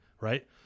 right